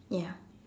ya